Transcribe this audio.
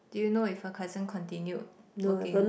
do you know if her cousin continued working